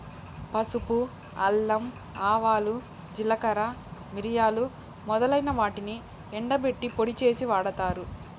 పసుపు, అల్లం, ఆవాలు, జీలకర్ర, మిరియాలు మొదలైన వాటిని ఎండబెట్టి పొడిగా చేసి వాడతారు